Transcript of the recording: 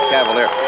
Cavalier